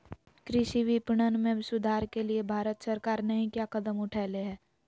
कृषि विपणन में सुधार के लिए भारत सरकार नहीं क्या कदम उठैले हैय?